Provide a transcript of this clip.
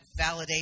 validation